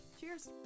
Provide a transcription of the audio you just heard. Cheers